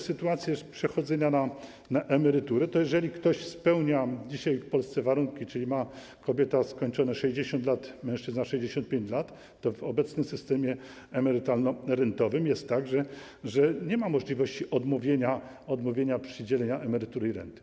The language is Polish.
Sytuacja z przechodzeniem na emeryturę jest taka, że jeżeli ktoś spełnia dzisiaj w Polsce warunki, czyli gdy kobieta ma skończone 60 lat, a mężczyzna 65 lat, to w obecnym systemie emerytalno-rentowym jest tak, że nie ma możliwości odmówienia przydzielenia emerytury i renty.